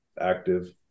active